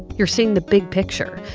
you're seeing the big picture.